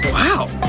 wow!